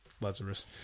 Lazarus